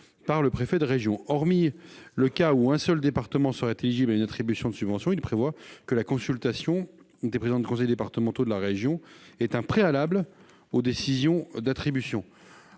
par le préfet de région. Hormis le cas où un seul département serait éligible à une attribution de subvention, il est prévu que la consultation des présidents de conseils départementaux de la région est un préalable aux décisions d'attribution.